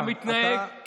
אתה מתנהג לא יפה.